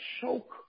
choke